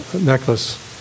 necklace